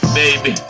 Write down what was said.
baby